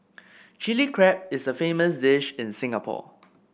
Chilli Crab is a famous dish in Singapore